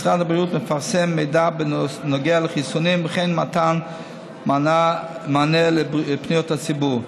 משרד הבריאות מפרסם מידע בנוגע לחיסונים וכן מתן מענה לפניות הציבור.